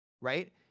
right